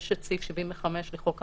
יש סעיף 75 לחוק המעצרים,